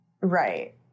Right